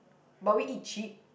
but we eat cheap